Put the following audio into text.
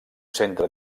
centre